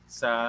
sa